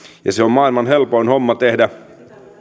ja se on maailman helpoin homma tehdä